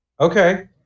Okay